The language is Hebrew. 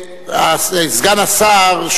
סגן השר,